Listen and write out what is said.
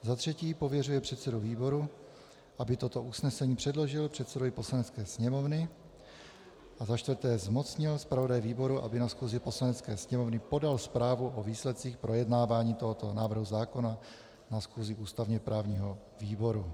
Za třetí pověřuje předsedu výboru, aby toto usnesení předložil předsedovi Poslanecké sněmovny, a za čtvrté zmocnil zpravodaje výboru, aby na schůzi Poslanecké sněmovny podal zprávu o výsledcích projednávání tohoto návrhu zákona na schůzi ústavněprávního výboru.